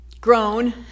Grown